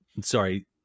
sorry